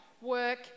work